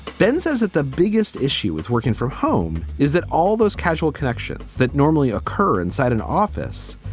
ben says that the biggest issue with working from home is that all those casual connections that normally occur inside an office,